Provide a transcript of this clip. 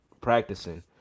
practicing